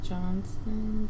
Johnson